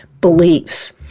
beliefs